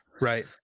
right